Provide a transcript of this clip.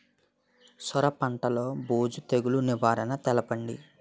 సొర పంటలో బూజు తెగులు నివారణ తెలపండి?